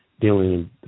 dealing